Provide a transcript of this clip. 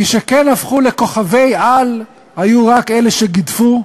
מי שכן הפכו לכוכבי-על היו רק אלה שגידפו,